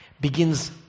Begins